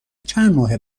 چندماه